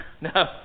No